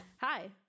Hi